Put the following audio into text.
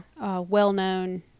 well-known